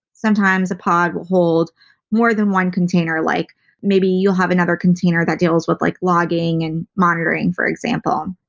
sometimes a pod will hold more than one container like maybe you will have another container that deals with like logging and monitoring, for example. um